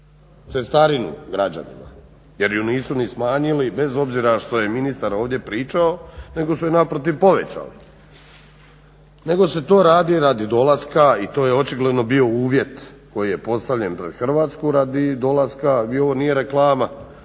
cestarinu građanima jer ju nisu ni smanjili bez obzira što je ministar ovdje pričao nego su je naprotiv povećali, nego se radi radi dolaska i to je očigledno bio uvjet koji je postavljen pred Hrvatsku radi dolaska i ovo nije reklama